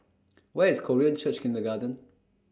Where IS Korean Church Kindergarten